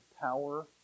power